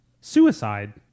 Suicide